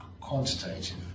quantitative